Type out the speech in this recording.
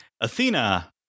Athena